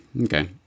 okay